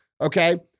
okay